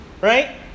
right